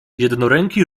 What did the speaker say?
jednoręki